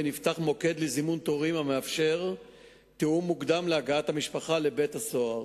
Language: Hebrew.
ונפתח מוקד לזימון תורים המאפשר תיאום מוקדם להגעת המשפחה לבית-הסוהר.